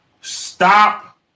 Stop